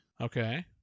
Okay